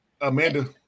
Amanda